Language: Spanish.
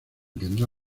tendrá